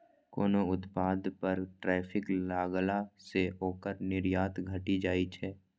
कोनो उत्पाद पर टैरिफ लगला सं ओकर निर्यात घटि जाइ छै